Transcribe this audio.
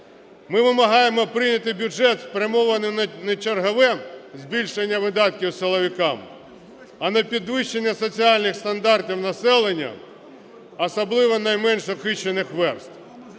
Ми вимагаємо прийняти бюджет спрямований на не на чергове збільшення видатків силовикам, а на підвищення соціальних стандартів населення, особливо найменш захищених верств.